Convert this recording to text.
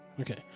Okay